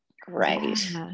great